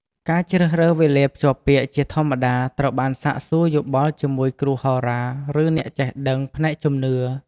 ការជ្រើសរើសវេលាភ្ជាប់ពាក្យជាធម្មតាត្រូវបានសាកសួរយោបល់ជាមួយគ្រូហោរា ឬអ្នកចេះដឹងផ្នែកជំនឿ ។